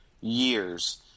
years